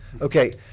Okay